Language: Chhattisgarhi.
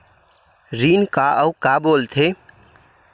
ऋण का अउ का बोल थे?